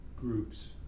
groups